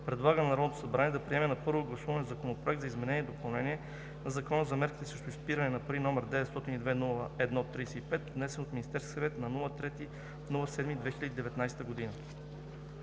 предлага на Народното събрание да приеме на първо гласуване Законопроект за изменение и допълнение на Закона за мерките срещу изпирането на пари, № 902-01-35, внесен от Министерския съвет на 3 юли 2019 г.“